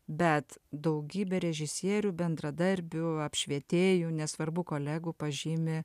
bet daugybė režisierių bendradarbių apšvietėjų nesvarbu kolegų pažymi